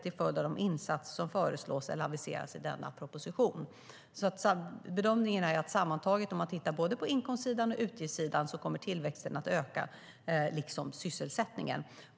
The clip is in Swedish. till följd av de insatser som föreslås eller aviseras i denna proposition. "Bedömningen är att sammantaget, om man tittar på både inkomstsidan och utgiftssidan, kommer tillväxten att öka liksom sysselsättningen.